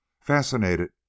fascinated